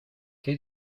qué